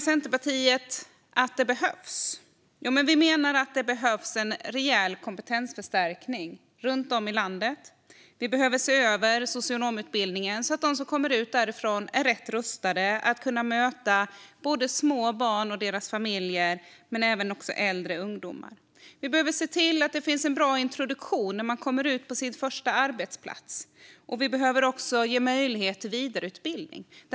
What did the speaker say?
Centerpartiet menar att det behövs en rejäl kompetensförstärkning runt om i landet. Socionomutbildningen behöver ses över så att de som kommer ut därifrån är rätt rustade att möta små barn och deras familjer men även ungdomar. Det behöver finnas en bra introduktion för dem som kommer ut på sin första arbetsplats, och det måste ges möjlighet till vidareutbildning.